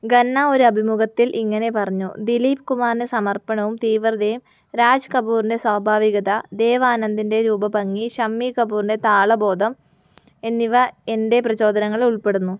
ഖന്ന ഒരു അഭിമുഖത്തിൽ ഇങ്ങനെ പറഞ്ഞു ദിലീപ് കുമാറിൻ്റെ സമർപ്പണവും തീവ്രതയും രാജ് കപൂറിൻ്റെ സ്വാഭാവികത ദേവ് ആനന്ദിൻ്റെ രൂപഭംഗി ഷമ്മി കപൂറിൻ്റെ താളബോധം എന്നിവ എൻ്റെ പ്രചോദനങ്ങളിൽ ഉൾപ്പെടുന്നു